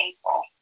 April